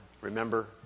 Remember